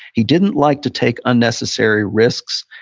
he didn't like to take unnecessary risks.